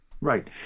right